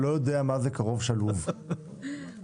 יישאר כך.